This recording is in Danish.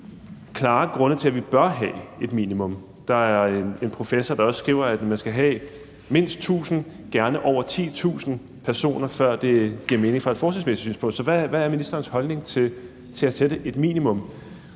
Der er en professor, der skriver, at man skal have mindst 1.000 og gerne over 10.000 personer, før det giver mening fra et forskningsmæssigt synspunkt. Så hvad er ministerens holdning til at sætte en